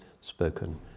spoken